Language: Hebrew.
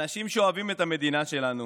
אנשים שאוהבים את המדינה שלנו,